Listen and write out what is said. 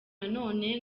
nanone